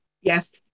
Yes